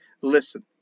Listen